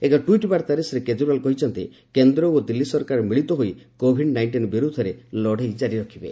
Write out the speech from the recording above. ଏକ ଟୁଇଟ୍ ବାର୍ତ୍ତାରେ ଶ୍ରୀ କେଜରିୱାଲ କହିଛନ୍ତି କେନ୍ଦ୍ର ଓ ଦିଲ୍ଲୀ ସରକାର ମିଳିତ ହୋଇ କୋଭିଡ୍ ନାଇଷ୍ଟିନ ବିରୋଧରେ ଲଢେଇ ଜାରି ରଖିବେ